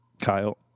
Kyle